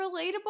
relatable